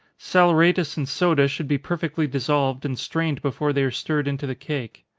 saleratus and soda should be perfectly dissolved, and strained before they are stirred into the cake.